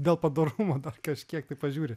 dėl padorumo dar kažkiek tai pažiūri